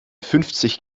fünfzig